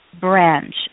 branch